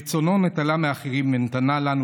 ברצונו נטלה מהאחרים ונתנה לנו,